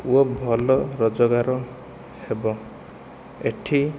ଓ ଭଲ ରୋଜଗାର ହେବ ଏଠି